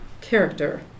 character